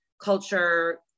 culture